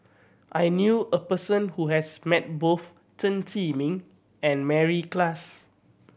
I knew a person who has met both Chen Zhiming and Mary Klass